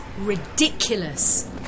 ridiculous